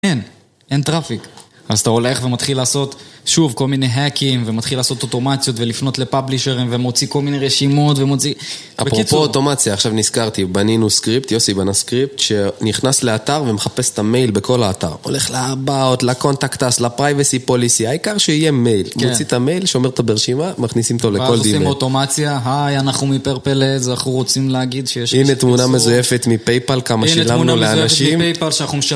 אין, אין טראפיק. אז אתה הולך ומתחיל לעשות שוב כל מיני האקים, ומתחיל לעשות אוטומציות ולפנות לפאבלישרים, ומוציא כל מיני רשימות ומוציא... אפרופו אוטומציה, עכשיו נזכרתי, בנינו סקריפט, יוסי בנה סקריפט, שנכנס לאתר ומחפש את המייל בכל האתר. הולך ל-about, ל-contacts, ל-privacy policy, העיקר שיהיה מייל. מוציא את המייל, שומר אותו ברשימה, מכניסים אותו לכל דומיין. עושים אוטומציה, היי, אנחנו מפרפל עז, ואנחנו רוצים להגיד שיש... הנה תמונה מזויפת מפייפל, כמה שילמנו לאנשים.